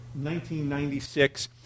1996